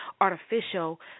artificial